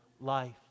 life